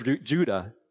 Judah